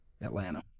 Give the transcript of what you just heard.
Atlanta